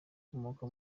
nkomoka